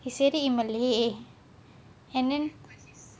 he said it in malay and then